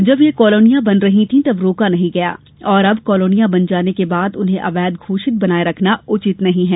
जब यह कालोनियां बन रही थीं तब रोका नहीं गया और अब कालोनियां बन जाने के बाद उन्हें अवैध घोषित बनाए रखना उचित नहीं है